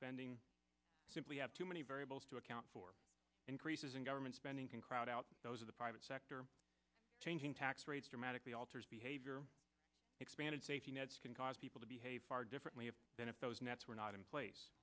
spending simply have too many variables to account for increases in government spending can crowd out those of the private sector changing tax rates dramatically alters behavior expanded safety nets can cause people to behave far differently than if those nets were not in place